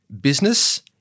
business